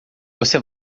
você